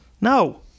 No